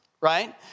right